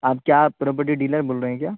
آپ کیا property dealer بول رہے ہیں کیا